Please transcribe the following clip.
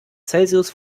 celsius